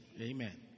Amen